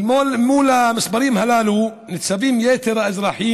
אל מול המספרים הללו ניצבים יתר האזורים